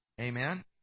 Amen